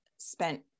spent